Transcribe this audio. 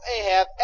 Ahab